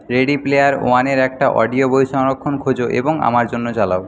ready Player ওয়ানের একটা audio বই সংরক্ষণ খোঁজো এবং আমার জন্য চালাও